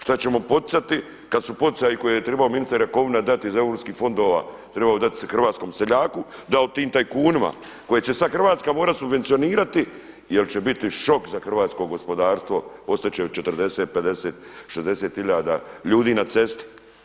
Šta ćemo poticati kada su poticaji koje je trebao ministar Jakovina dati iz europskih fondova trebao dati hrvatskom seljaku dao tim tajkunima koji će sada Hrvatska morati subvencionirati jel će biti šok za hrvatsko gospodarstvo, ostat će 40, 50, 60 hiljada ljudi na cesti.